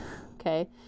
okay